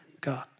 God